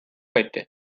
heute